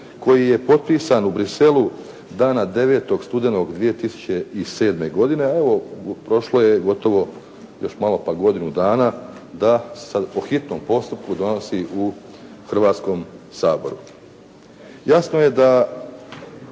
koji je potpisan u Bruxellesu dana 9. studenog 2007. godine, a evo prošlo je gotovo, još malo pa godinu dana da se po hitnom postupku donosi u Hrvatskom saboru. Jasno je da